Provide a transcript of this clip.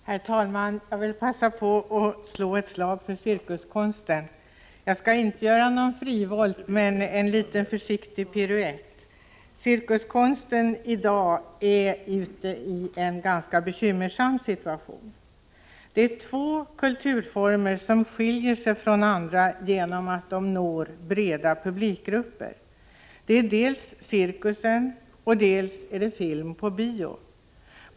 Herr talman! Jag vill passa på att slå ett slag för cirkuskonsten. Jag skall inte göra någon frivolt, men en liten försiktig piruett. Cirkuskonsten har i dag en mycket bekymmersam situation. Det finns två kulturformer som skiljer sig från andra därigenom att de når breda publikgrupper: dels cirkus, dels film som visas på bio.